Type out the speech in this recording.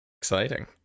Exciting